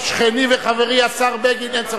שכני וחברי השר בגין, אין צורך,